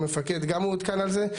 המפקד גם מעודכן על זה.